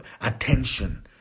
attention